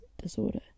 disorder